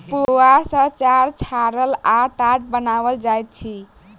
पुआर सॅ चार छाड़ल आ टाट बनाओल जाइत अछि